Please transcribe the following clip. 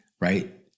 right